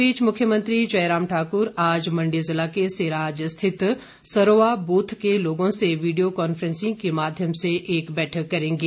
इस बीच मुख्यमंत्री जयराम ठाक्र आज मंडी जिला के सिराज स्थित सरोआ बूथ के लोगों से वीडियो कांफ्रेंसिंग के माध्यम से एक बैठक करेंगे